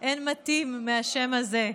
אין מתאים מהשם הזה: